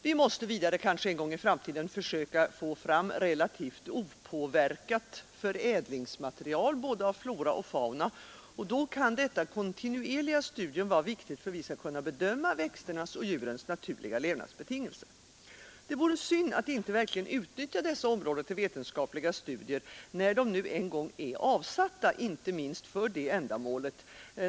Vi måste vidare kanske en gång i framtiden försöka få fram relativt opåverkat förädlingsmaterial både av flora och fauna, och då kan detta kontinuerliga studium vara viktigt för att vi skall kunna bedöma växternas och djurens naturliga levnadsbetingelser. Det vore synd att inte verkligen utnyttja dessa områden till vetenskapliga studier, när de nu en gång är avsatta inte minst för det ändamålet.